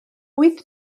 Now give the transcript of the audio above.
wyth